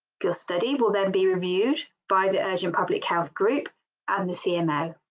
your study will then be reviewed by the urgent public health group and the cmo.